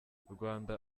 rwanda